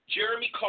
Jeremy